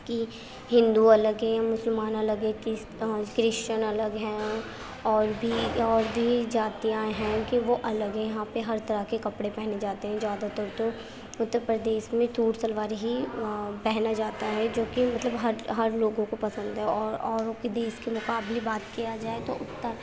کہ ہندو الگ ہے یا مسلمان الگ ہے کرس کرشچن الگ ہیں اور بھی اور بھی جاتیاں ہیں کہ وہ الگ ہیں کہ وہ الگ ہیں یہاں پہ ہر طرح کے کپڑے پہنے جاتے ہیں زیادہ تر تو اتّر پردیش میں سوٹ شلوار ہی پہنا جاتا ہے جوکہ مطلب ہر ہر لوگوں کو پسند ہے اور اوروں کے دیش کے مقابلے بات کیا جائے تو اتّر